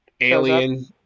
alien